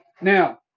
Now